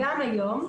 גם היום,